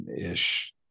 ish